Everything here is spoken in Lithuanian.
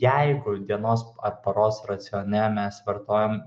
jeigu dienos ar paros racione mes vartojam